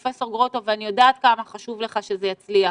פרופ' גרוטו ואני יודעת כמה חשוב לך שזה יצליח